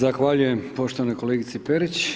Zahvaljujem poštovanoj kolegici Perić.